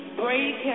break